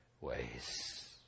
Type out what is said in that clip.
ways